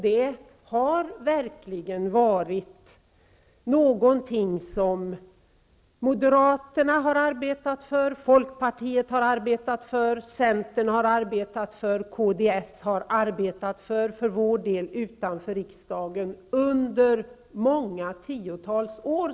Detta har verkligen varit något som Moderaterna, Folkpartiet, Centern och kds har arbetat för -- vi för vår del utanför riksdagen -- under många tiotals år.